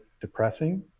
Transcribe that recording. depressing